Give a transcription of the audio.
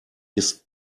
ist